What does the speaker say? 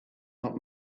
not